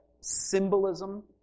symbolism